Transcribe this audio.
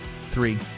three